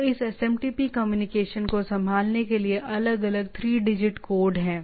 तो इस SMTP communication को संभालने के लिए अलग अलग 3 डिजिट कोड हैं